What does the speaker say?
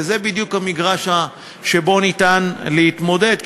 וזה בדיוק המגרש שבו אפשר להתמודד,